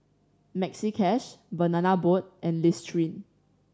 Maxi Cash Banana Boat and Listerine